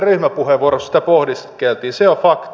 se on fakta